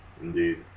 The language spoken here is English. Indeed